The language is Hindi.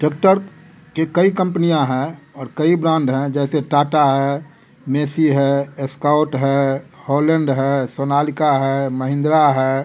टैक्टर की कई कम्पनीयाँ हैं और कई ब्रांड हैं जैसे टाटा है मेस्सी है एस्काउट है हॉलैंड है सोनालिका है महिंद्रा है